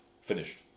Finished